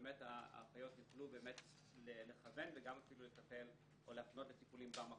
שבאמת האחיות יוכלו לכוון וגם אפילו לטפל או להפנות לטיפולים במקום.